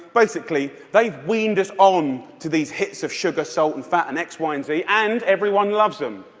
basically they've weaned us on to these hits of sugar, salt and fat, and x, y, and z, and everyone loves them,